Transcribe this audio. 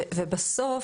ובסוף,